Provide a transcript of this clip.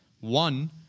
One